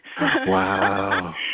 Wow